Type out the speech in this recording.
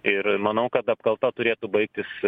ir manau kad apkalta turėtų baigtis